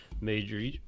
major